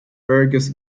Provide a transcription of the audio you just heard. fergus